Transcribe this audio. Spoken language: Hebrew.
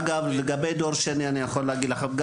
לגבי דור שני אני יכול להגיד לכם,